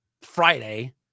Friday